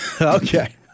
Okay